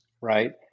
right